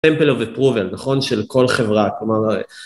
Temple of approval, נכון? של כל חברה, כלומר...